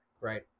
right